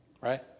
right